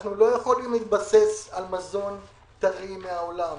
אנחנו לא יכולים להתבסס על מזון טרי מן העולם,